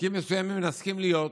שבתיקים מסוימים נסכים להיות.